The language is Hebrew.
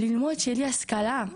ללמוד, שיהיה לי השכלה,